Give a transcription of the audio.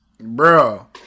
Bro